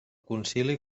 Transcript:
concili